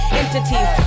entities